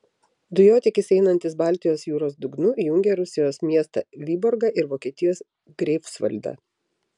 dujotiekis einantis baltijos jūros dugnu jungia rusijos miestą vyborgą ir vokietijos greifsvaldą